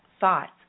thoughts